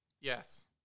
yes